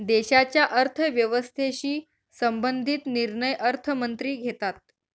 देशाच्या अर्थव्यवस्थेशी संबंधित निर्णय अर्थमंत्री घेतात